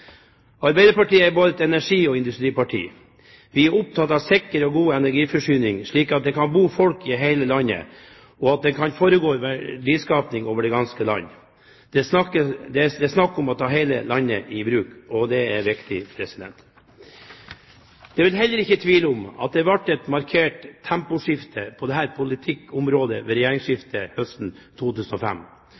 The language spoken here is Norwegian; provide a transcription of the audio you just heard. Arbeiderpartiet er både et energiparti og et industriparti. Vi er opptatt av sikker og god energiforsyning, slik at det kan bo folk i hele landet, og slik at det kan foregå verdiskaping over det ganske land. Det er snakk om å ta hele landet i bruk, og det er viktig. Det er vel heller ikke tvil om at det ble et markert temposkifte på dette politikkområdet ved regjeringsskiftet høsten 2005.